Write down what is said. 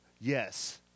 yes